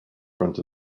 front